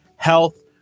health